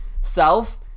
self